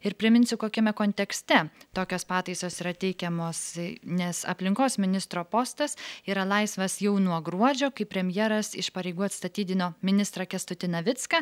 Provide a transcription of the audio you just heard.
ir priminsiu kokiame kontekste tokios pataisos yra teikiamos nes aplinkos ministro postas yra laisvas jau nuo gruodžio kai premjeras iš pareigų atstatydino ministrą kęstutį navicką